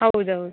ಹೌದೌದು